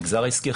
במגזר העסקי,